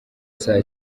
saa